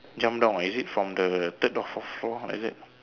jump down oh is it from the third or fourth floor is it